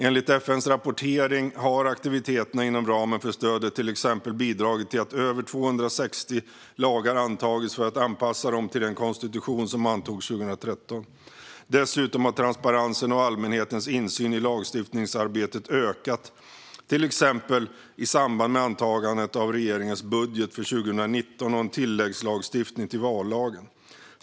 Enligt FN:s rapportering har aktiviteterna inom ramen för stödet till exempel bidragit till att över 260 lagar antagits för att anpassa dem till den konstitution som antogs 2013. Dessutom har transparensen och allmänhetens insyn i lagstiftningsarbetet ökat, till exempel i samband med antagandet av regeringens budget för 2019 och en tilläggslagstiftning till vallagen.